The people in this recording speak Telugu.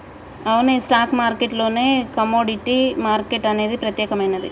అవునే స్టాక్ మార్కెట్ లోనే కమోడిటీ మార్కెట్ అనేది ప్రత్యేకమైనది